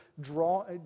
draw